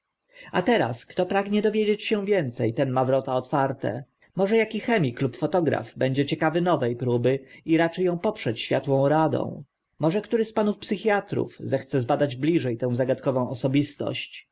a teraz kto pragnie dowiedzieć się więce ten ma wrota otwarte może aki chemik lub fotograf będzie ciekawy nowe próby i raczy ą poprzeć światłą radą może który z panów psychiatrów zechce zbadać bliże tę zagadkową osobistość